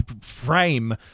frame